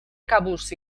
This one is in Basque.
kabuz